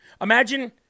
Imagine